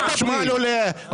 החשמל עולה,